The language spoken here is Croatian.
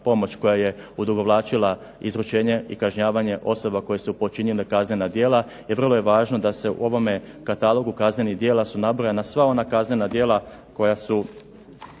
pomoć koja je odugovlačila izručenje i kažnjavanje osoba koje su počinile kaznena djela, i vrlo je važno da se u ovome katalogu kaznenih djela su nabrojana sva ona kaznena djela koja su